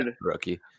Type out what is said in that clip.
rookie